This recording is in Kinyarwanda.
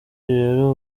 rero